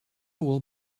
will